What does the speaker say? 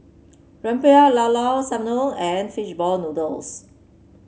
rempeyek Llao Llao Sanum and Fishball Noodles